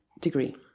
degree